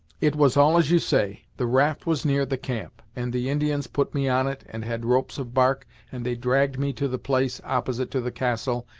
it was all as you say. the raft was near the camp, and the indians put me on it, and had ropes of bark, and they dragged me to the place opposite to the castle,